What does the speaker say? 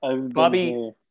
Bobby